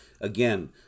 Again